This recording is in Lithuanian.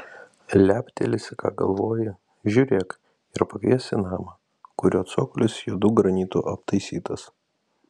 leptelėsi ką galvoji žiūrėk ir pakvies į namą kurio cokolis juodu granitu aptaisytas